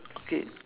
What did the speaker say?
okay